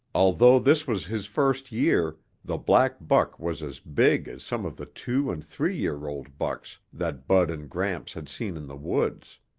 although this was his first year, the black buck was as big as some of the two and three-year-old bucks that bud and gramps had seen in the woods.